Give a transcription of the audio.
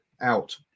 out